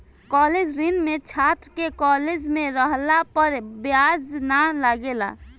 college ऋण में छात्र के कॉलेज में रहला पर ब्याज ना लागेला